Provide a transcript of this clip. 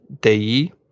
Dei